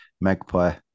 Magpie